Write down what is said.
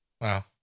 Wow